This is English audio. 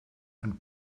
and